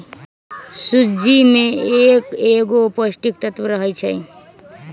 सूज्ज़ी में कएगो पौष्टिक तत्त्व रहै छइ